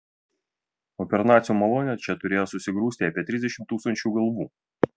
o per nacių malonę čia turėjo susigrūsti apie trisdešimt tūkstančių galvų